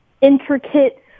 intricate